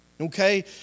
Okay